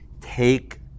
take